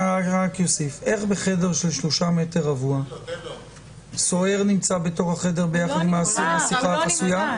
בחדר של 3 מ"ר סוהר נמצא בתוך החדר ביחד עם האסיר בשיחה החסויה?